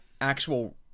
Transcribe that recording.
actual